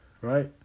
right